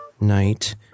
night